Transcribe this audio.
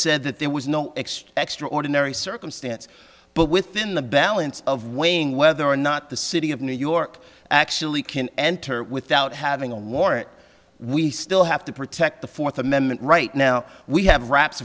said that there was no extraordinary circumstance but within the balance of weighing whether or not the city of new york actually can enter without having a wart we still have to protect the fourth amendment right now we have raps